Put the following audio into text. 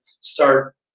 start